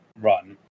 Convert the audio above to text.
run